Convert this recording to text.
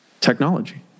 technology